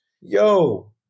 yo